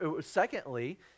secondly